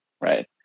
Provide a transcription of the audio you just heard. right